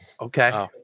Okay